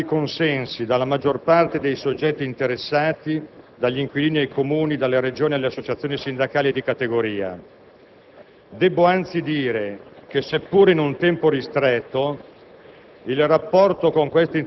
aspettative ed ampi consensi dalla maggior parte dei soggetti interessati: dagli inquilini ai Comuni, dalle Regioni alle associazioni sindacali e di categoria. Debbo anzi dire che, seppure in un tempo ristretto,